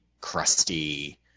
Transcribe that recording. crusty